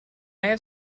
have